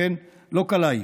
אכן לא קלה היא,